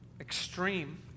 extreme